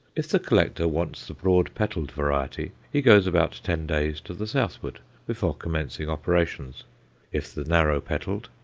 if the collector wants the broad-petalled variety, he goes about ten days to the southward before commencing operations if the narrow-petalled,